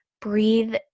Breathe